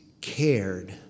cared